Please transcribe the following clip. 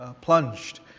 plunged